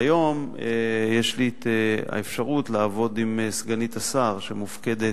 היום יש לי האפשרות לעבוד עם סגנית השר, שמופקדת,